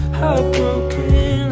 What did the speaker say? Heartbroken